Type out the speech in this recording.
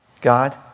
God